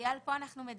אייל והילה פה אנחנו בעצם